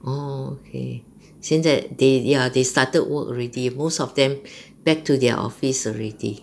orh okay 现在 they ya they started work already most of them back to their office already